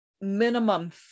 minimum